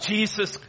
Jesus